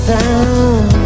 down